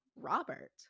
Robert